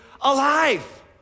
alive